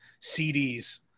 cds